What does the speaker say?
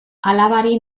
alabari